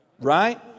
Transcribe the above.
Right